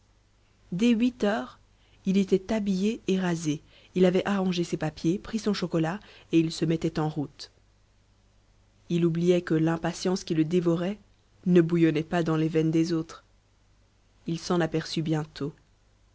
dès huit heures il était habillé et rasé il avait arrangé ses papiers pris son chocolat et il se mettait en route il oubliait que l'impatience qui le dévorait ne bouillonnait pas dans les veines des autres il s'en aperçut bientôt